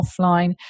offline